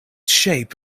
shape